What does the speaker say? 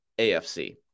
AFC